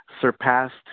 surpassed